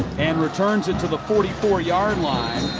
and returns it to the forty four yard line.